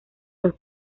los